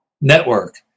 Network